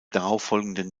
darauffolgenden